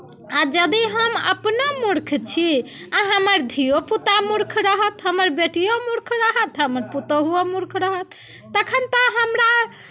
आ यदि हम अपनो मूर्ख छी आ हमर धियोपुता मूर्ख रहत हमर बेटिओ मूर्ख रहत हमर पुतहुओ मूर्ख रहत तखन तऽ हमरा